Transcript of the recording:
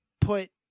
put